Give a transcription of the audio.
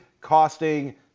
costing